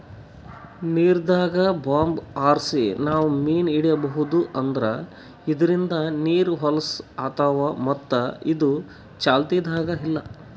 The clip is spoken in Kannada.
ನೀರ್ದಾಗ್ ಬಾಂಬ್ ಹಾರ್ಸಿ ನಾವ್ ಮೀನ್ ಹಿಡೀಬಹುದ್ ಆದ್ರ ಇದ್ರಿಂದ್ ನೀರ್ ಹೊಲಸ್ ಆತವ್ ಮತ್ತ್ ಇದು ಚಾಲ್ತಿದಾಗ್ ಇಲ್ಲಾ